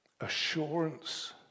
assurance